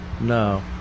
No